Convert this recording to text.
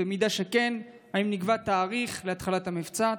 2. אם כן, האם נקבע תאריך לתחילת המבצע?